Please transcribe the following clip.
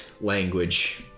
language